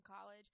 college